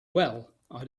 well—i